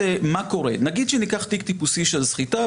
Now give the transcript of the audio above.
נגיד שניקח תיק טיפוסי של סחיטה.